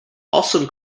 also